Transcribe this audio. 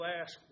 ask